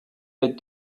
bit